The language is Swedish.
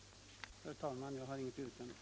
Herr talman! Jag har inget yrkande.